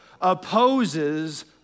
opposes